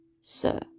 sir